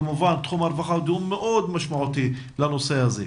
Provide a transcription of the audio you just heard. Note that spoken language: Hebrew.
כמובן שתחום הרווחה הוא מאוד משמעותי לנושא הזה.